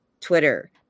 Twitter